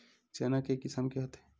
चना के किसम के होथे?